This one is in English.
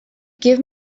give